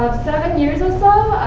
seven years, or so,